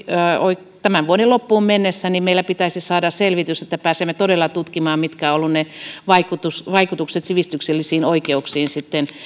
tämän vuoden loppuun mennessä meillä pitäisi saada selvitys että pääsemme todella tutkimaan mitkä ovat olleet ne vaikutukset vaikutukset sivistyksellisiin oikeuksiin sitten